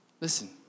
listen